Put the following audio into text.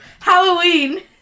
Halloween